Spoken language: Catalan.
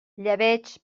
llebeig